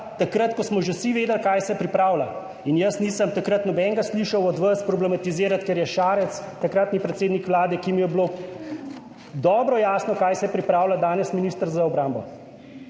takrat, ko smo že vsi vedeli, kaj se pripravlja, in jaz nisem takrat nobenega od vas slišal problematizirati, ker je Šarec, takratni predsednik Vlade, ki mu je bilo dobro jasno, kaj se pripravlja, danes minister za obrambo,